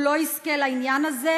הוא לא יזכה לזה.